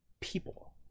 people